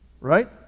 right